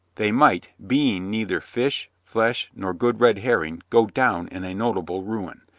they might, being neither fish, flesh nor good red herring, go down in a notable ruin.